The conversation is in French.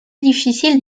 difficile